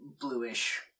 bluish